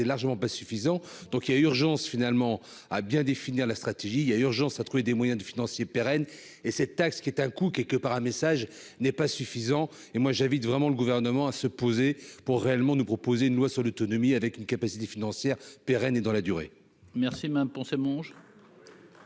largement pas suffisant, donc il y a urgence finalement à bien définir la stratégie il y a urgence à trouver des moyens de financer pérenne et cette taxe qui est un coup quelque part un message n'est pas suffisant et moi j'invite vraiment le gouvernement à se poser pour réellement nous proposer une loi sur le tsunami avec une capacité financière pérenne et dans la durée.